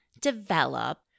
develop